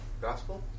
Gospel